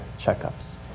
checkups